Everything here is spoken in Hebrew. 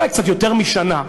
אולי קצת יותר משנה,